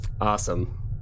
Awesome